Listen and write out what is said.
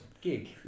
gig